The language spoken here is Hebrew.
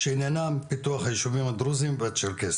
שעניינם הם פיתוח הישובים והצ'רקסיים.